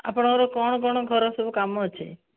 ଆପଣଙ୍କର କ'ଣ କ'ଣ ଘରେ ସବୁ କାମ ଅଛି